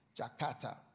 Jakarta